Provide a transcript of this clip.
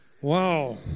Wow